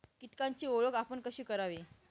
कीटकांची ओळख आपण कशी करावी?